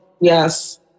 yes